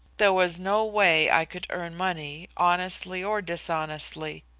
there was no way i could earn money, honestly or dishonestly.